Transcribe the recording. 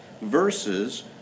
versus